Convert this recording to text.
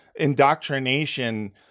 indoctrination